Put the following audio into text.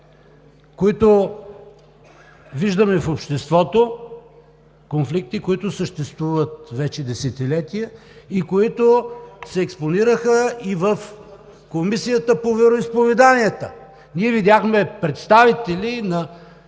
които виждаме в обществото – конфликти, които съществуват вече десетилетия, и които се експонираха и в Комисията по вероизповеданията! Ние видяхме представители и